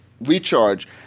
recharge